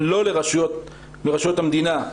לא לרשויות המדינה,